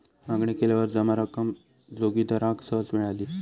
मागणी केल्यावर जमा रक्कम जोगिंदराक सहज मिळाली